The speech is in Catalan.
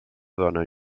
dona